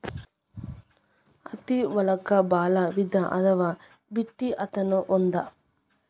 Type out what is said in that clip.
ಹತ್ತಿ ಒಳಗ ಬಾಳ ವಿಧಾ ಅದಾವ ಬಿಟಿ ಅತ್ತಿ ನು ಒಂದ